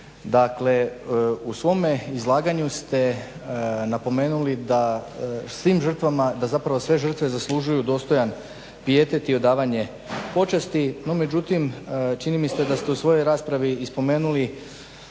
Dakle, u svome izlaganju ste napomenuli da zapravo sve žrtve zaslužuju dostojan pijetet i odavanje počasti no međutim čini mi se da ste u svojoj raspravi i spomenuli